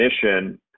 definition